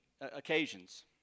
occasions